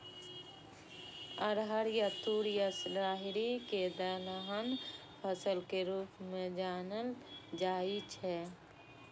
अरहर या तूर या राहरि कें दलहन फसल के रूप मे जानल जाइ छै